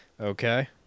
Okay